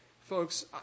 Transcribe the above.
folks